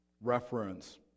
reference